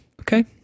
okay